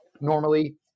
normally